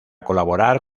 colaborar